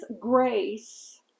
grace